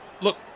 Look